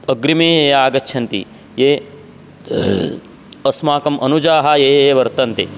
अग्रिमे ये आगच्छन्ति ये अस्माकम् अनुजाः ये ये वर्तन्ते